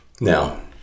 Now